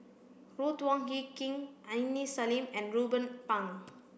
Ruth Wong Hie King Aini Salim and Ruben Pang